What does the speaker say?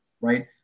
right